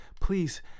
please